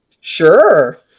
Sure